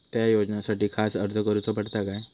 त्या योजनासाठी खास अर्ज करूचो पडता काय?